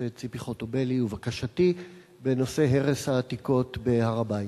הכנסת ציפי חוטובלי ובקשתי בנושא הרס העתיקות בהר-הבית.